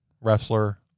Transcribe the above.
wrestler